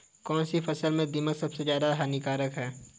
कौनसी फसल में दीमक सबसे ज्यादा हानिकारक है?